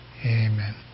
amen